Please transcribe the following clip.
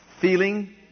feeling